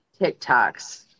TikToks